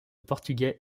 portugais